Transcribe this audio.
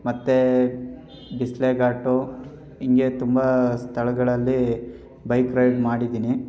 ಮತ್ತು ಬಿಸಿಲೆ ಘಾಟ್ ಹಿಂಗೆ ತುಂಬ ಸ್ಥಳಗಳಲ್ಲಿ ಬೈಕ್ ರೈಡ್ ಮಾಡಿದ್ದೀನಿ